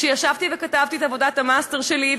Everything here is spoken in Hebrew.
כשישבתי וכתבתי את עבודת המאסטר שלי,